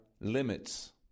limits